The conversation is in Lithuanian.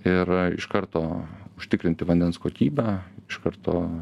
ir iš karto užtikrinti vandens kokybę iš karto